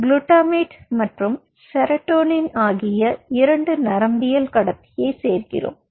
glutamate மற்றும் serotonin ஆகிய 2 நரம்பியக்கடத்தியைச் சேர்க்கிறோம்